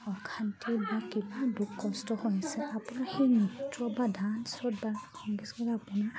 অশান্তি বা কিবা দুখ কষ্ট হৈছে আপোনাৰ সেই নৃত্য বা ডাঞ্চত বা সংগীত আপোনাৰ